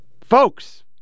folks